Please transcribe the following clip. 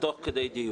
תוך כדי דיון.